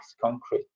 concrete